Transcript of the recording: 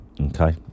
Okay